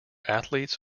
athletes